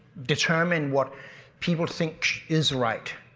determine what people think is right.